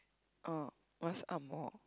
uh what's angmoh